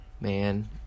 Man